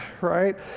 right